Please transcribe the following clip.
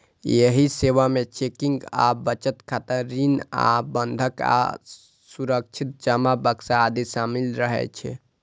एहि सेवा मे चेकिंग आ बचत खाता, ऋण आ बंधक आ सुरक्षित जमा बक्सा आदि शामिल रहै छै